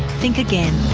think again,